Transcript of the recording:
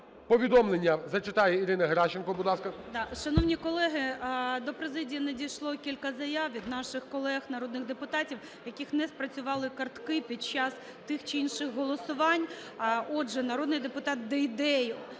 повідомлення зачитає Ірина Геращенко, будь ласка.